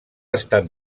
estat